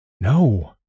No